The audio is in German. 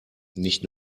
nicht